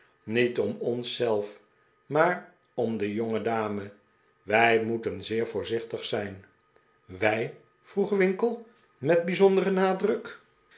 niet om ons zelf maar om de jongedame wij moeten zeer voorzichtig zijn wij vroeg winkle met bijzondefen nadr